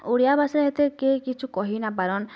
ଓଡ଼ିଆଭାଷା ଏତେ କିଏ କିଛୁ କହି ନାଇଁପାରନ୍